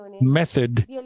method